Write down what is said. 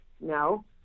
No